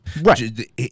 Right